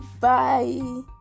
bye